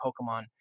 pokemon